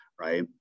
right